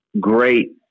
great